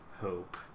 Hope